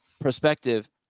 perspective